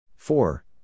four